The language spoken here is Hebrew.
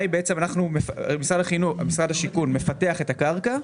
משרד השיכון מפתח את הקרקע,